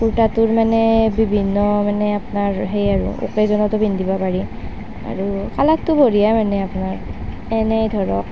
কুৰ্টাটোৰ মানে বিভিন্ন মানে আপোনাৰ সেই আৰু অ'কেজনতো পিন্ধিব পাৰি আৰু কালাৰটো বঢ়িয়া মানে আপোনাৰ এনেই ধৰক